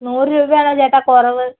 നൂറു രൂപയാണോ ചേട്ടാ കുറവ്